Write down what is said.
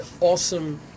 awesome